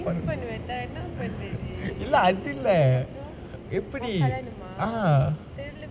mix பண்ணு வேண்டா என்ன பண்றது அப்றம் அவ கல்யாணமா தெரில:pannu vendaa enna panrathu apram ava kalyaanamaa therila